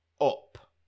up